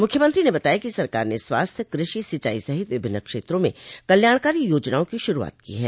मुख्यमंत्री ने बताया कि सरकार ने स्वास्थ्य कृषि सिंचाई सहित विभिन्न क्षेत्रों में कल्याणकारी योजनाओं की शुरूआत की है